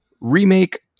remake